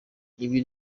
ibi